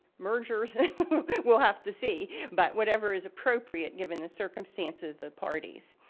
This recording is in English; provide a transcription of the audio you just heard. mergers we'll have to see but whatever is appropriate given the circumstances the parties.